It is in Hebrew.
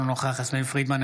אינו נוכח יסמין פרידמן,